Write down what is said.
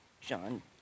John